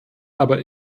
aber